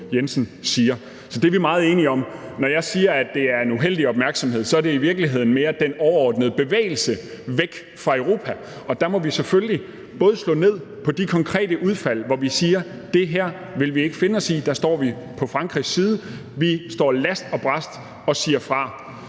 Jensen siger. Så det er vi meget enige om. Når jeg siger, at det er en uheldig opmærksomhed, handler det i virkeligheden mere om den overordnede bevægelse væk fra Europa. Der må vi selvfølgelig slå ned på de konkrete udfald, hvor vi siger, at det her vil vi ikke finde os i, og der står vi på Frankrigs side. Vi står last og brast og siger fra.